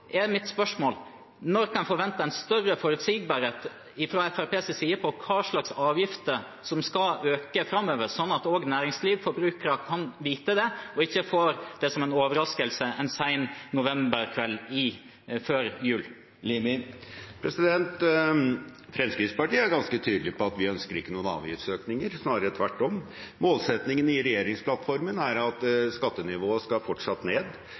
er mitt spørsmål: Når kan en forvente en større forutsigbarhet fra Fremskrittspartiets side når det gjelder hvilke avgifter som skal økes framover, sånn at også næringslivet og forbrukerne kan få vite det og ikke får det som en overraskelse en sen novemberkveld før jul? Fremskrittspartiet er ganske tydelig på at vi ikke ønsker avgiftsøkninger, snarere tvert om. Målsettingen i regjeringsplattformen er at skattenivået fortsatt skal ned.